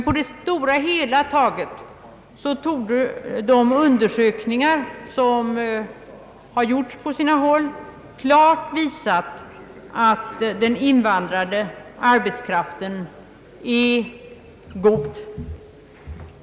På det hela taget torde de undersökningar som har gjorts på sina håll dock klart visa att den invandrade arbetskraften är god.